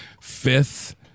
fifth